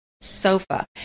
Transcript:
sofa